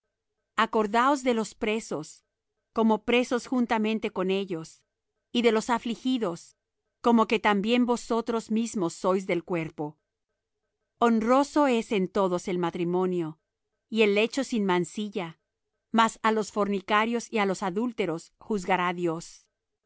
acordaos de los presos como presos juntamente con ellos y de los afligidos como que también vosotros mismos sois del cuerpo honroso es en todos el matrimonio y el lecho sin mancilla mas á los fornicarios y á los adúlteros juzgará dios